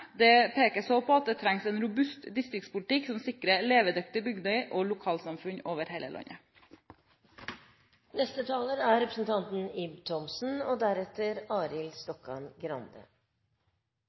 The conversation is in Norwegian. Det pekes også på at det trengs en robust distriktspolitikk som sikrer levedyktige bygder og lokalsamfunn over hele landet. Det er